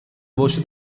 voce